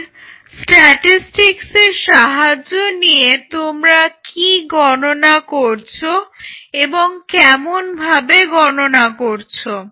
এখন স্ট্যাটিসটিকসের সাহায্য নিয়ে তোমরা কি গণনা করছ এবং কেমন ভাবে গণনা করছো